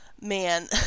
man